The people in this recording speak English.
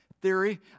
theory